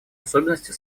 особенности